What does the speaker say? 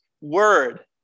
word